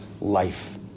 life